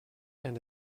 and